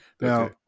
Now